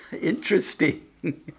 Interesting